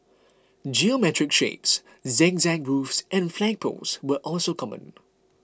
geometric shapes zigzag roofs and flagpoles were also common